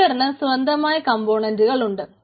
സിലിണ്ടറിന് സ്വന്തമായ കംപോണന്റുകളുണ്ട്